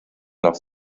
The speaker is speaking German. nach